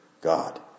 God